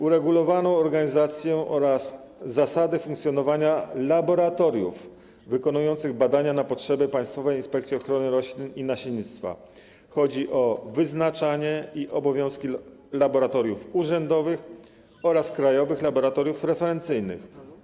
Uregulowano organizację oraz zasady funkcjonowania laboratoriów wykonujących badania na potrzeby Państwowej Inspekcji Ochrony Roślin i Nasiennictwa - chodzi o wyznaczanie laboratoriów urzędowych oraz krajowych laboratoriów referencyjnych i ich obowiązki.